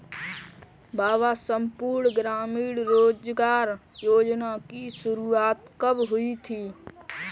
बाबा संपूर्ण ग्रामीण रोजगार योजना की शुरुआत कब हुई थी?